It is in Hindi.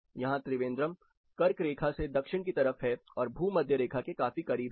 यहां त्रिवेंद्रम कर्क रेखा से दक्षिण की तरफ है और भूमध्य रेखा के काफी करीब है